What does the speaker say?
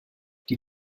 die